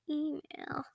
email